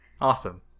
Awesome